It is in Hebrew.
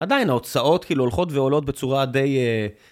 עדיין ההוצאות הולכות ועולות בצורה די...